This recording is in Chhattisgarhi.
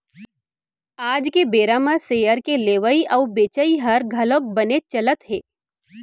आज के बेरा म सेयर के लेवई अउ बेचई हर घलौक बनेच चलत हे